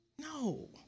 No